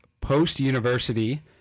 post-university